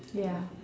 ya